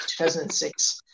2006